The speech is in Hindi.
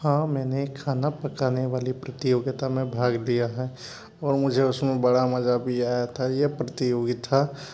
हाँ मैंने खाना पकाने वाली प्रतियोगिता में भाग लिया है और मुझे उसमें बड़ा मज़ा भी आया था यह प्रतियोगिता